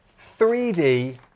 3D